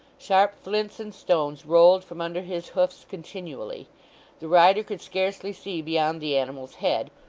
sharp flints and stones rolled from under his hoofs continually the rider could scarcely see beyond the animal's head,